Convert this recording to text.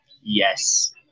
Yes